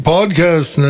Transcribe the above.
Podcast